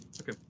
Okay